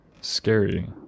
scary